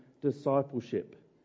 discipleship